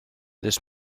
this